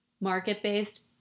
market-based